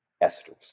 Esther's